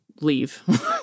leave